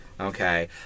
Okay